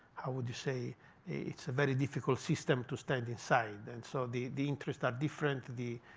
would you say it's a very difficult system to stand inside. and so the the interests are different. the